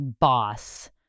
boss